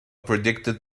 predicted